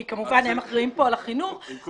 כי כמובן הם אחראים פה על החינוך -- עם כל הכבוד